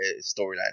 storyline